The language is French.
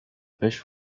pêche